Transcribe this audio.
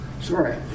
sorry